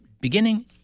beginning